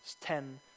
ten